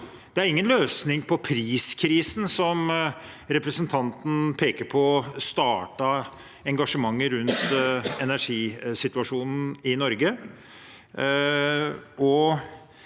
Det er ingen løsning på priskrisen, som representanten peker på startet engasjementet rundt energisituasjonen i Norge,